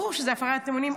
ברור שזה הפרת אמונים.